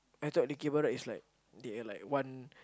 I thought dikir barat is like they are like one